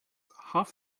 half